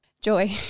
Joy